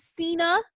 Cena